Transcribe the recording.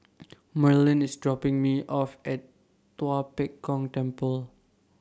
Merlyn IS dropping Me off At Tua Pek Kong Temple